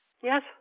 Yes